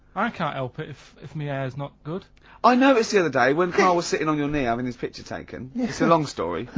i can't help it if, if me ah hair's not good. ricky i noticed the other day when karl was sitting on your knee having his picture taken, it's a long story,